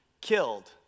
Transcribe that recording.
killed